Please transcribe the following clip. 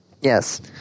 yes